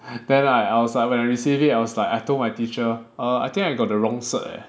then like I was like when I receive it I was like I told my teacher I think I got the wrong cert eh